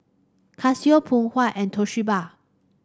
Casio Phoon Huat and Toshiba